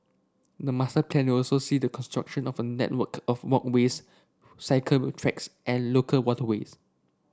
the master plan will also see the construction of a network of walkways cycle tracks and local waterways